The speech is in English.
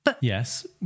Yes